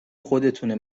خودتونه